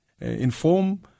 Inform